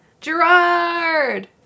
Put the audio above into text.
Gerard